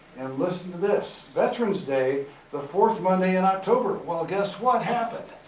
and listen to this, veterans day the fourth monday in october. well, guess what happened?